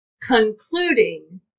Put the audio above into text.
concluding